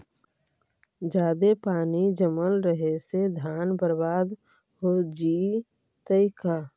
जादे पानी जमल रहे से धान बर्बाद हो जितै का?